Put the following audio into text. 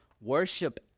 Worship